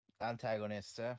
antagonist